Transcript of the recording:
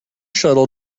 shuttle